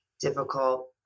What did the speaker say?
difficult